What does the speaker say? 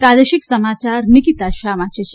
પ્રાદેશિક સમાચાર નિકિતા શાહ વાંચે છે